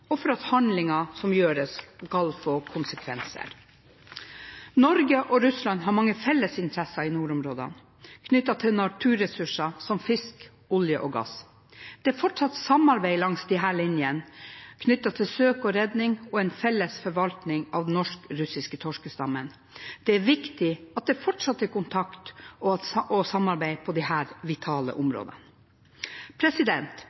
og for at handlinger som gjøres, skal få konsekvenser. Norge og Russland har mange felle interesser i nordområdene, knyttet til naturressurser som fisk, olje og gass. Det er fortsatt samarbeid langs disse linjene knyttet til søk og redning og en felles forvaltning av den norsk-russiske torskestammen. Det er viktig at det fortsatt er kontakt og samarbeid på disse vitale områdene. I går kveld kom utenriks- og